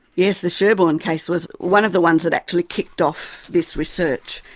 yes, the sherborne case was one of the ones that actually kicked off this research,